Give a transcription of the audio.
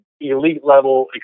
elite-level